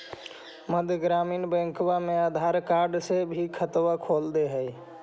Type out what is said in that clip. मध्य ग्रामीण बैंकवा मे आधार कार्ड से भी खतवा खोल दे है?